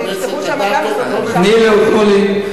שיפתחו שם גם 25% את צודקת,